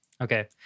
okay